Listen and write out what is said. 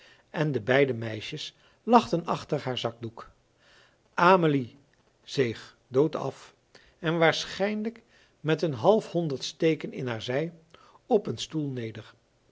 en de beide meisjes lachten achter haar zakdoek amelie zeeg doodaf en waarschijnlijk met een halfhonderd steken in haar zij op een stoel neder